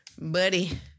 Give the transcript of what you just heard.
Buddy